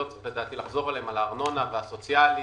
לדעתי אני לא צריך לחזור עליהם, ארנונה, סוציאלי